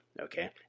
okay